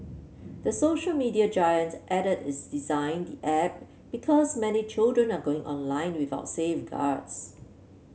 the social media giant added it designed the app because many children are going online without safeguards